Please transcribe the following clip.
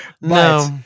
No